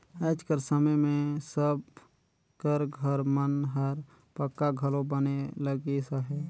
आएज कर समे मे सब कर घर मन हर पक्का घलो बने लगिस अहे